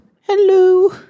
hello